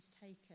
taken